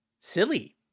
silly